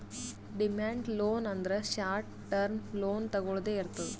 demand loan ಅಂದ್ರ short term loan ತೊಗೊಳ್ದೆ ಇರ್ತದ್